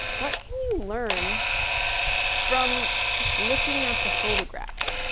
what can you learn from just looking at the photograph?